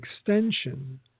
extension